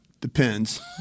depends